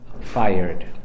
fired